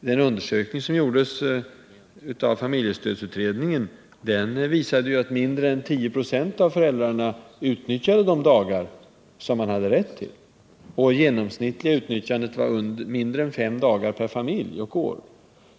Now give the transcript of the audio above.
Den undersökning som gjordes av familjestödsutredningen visade i stället att mindre än 10 96 av föräldrarna utnyttjade alla de dagar som de hade rätt till, och att det genomsnittliga utnyttjandet var mindre än fem dagar per familj och år.